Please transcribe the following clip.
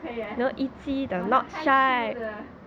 不可以 leh 我很害羞的